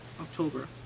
October